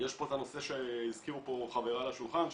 ויש פה את הנושא שהזכירו פה חבריי לשולחן שזה,